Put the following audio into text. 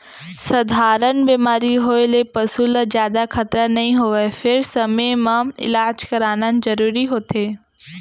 सधारन बेमारी होए ले पसू ल जादा खतरा नइ होवय फेर समे म इलाज कराना जरूरी होथे